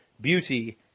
beauty